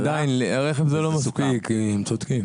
עדיין, רכב זה לא מספיק, הם צודקים.